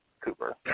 Cooper